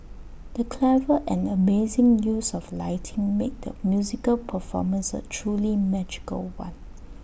the clever and amazing use of lighting made the musical performance A truly magical one